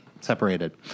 Separated